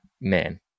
Man